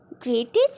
grated